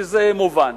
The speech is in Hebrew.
שזה מובן,